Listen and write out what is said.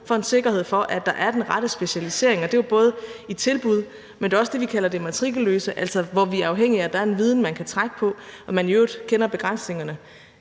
får en sikkerhed for, at der er den rette specialisering. Og det er jo både med hensyn til tilbud, men også med hensyn til det, vi kalder det matrikelløse, altså hvor vi er afhængige af, at der er en viden, man kan trække på, og hvor man i øvrigt kender begrænsningerne